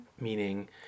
meaning